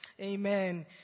Amen